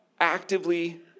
actively